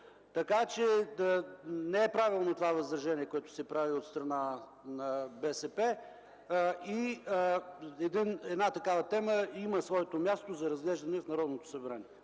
отклик. Не е правилно това възражение, което се прави от страна на БСП. Една такава тема има своето място за разглеждане в Народното събрание,